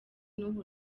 n’ubu